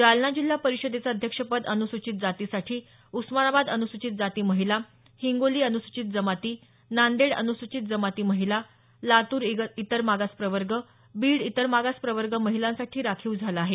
जालना जिल्हा परिषदेचं अध्यक्षपद अनुसूचित जातीसाठी उस्मानाबाद अनुसूचित जाती महिला हिंगोली अनुसूचित जमाती नांदेड अनुसूचित जमाती महिला लातूर इतर मागास प्रवर्ग बीड इतर मागास प्रवर्ग महिलांसाठी राखीव झालं आहे